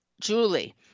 Julie